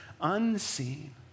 unseen